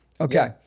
Okay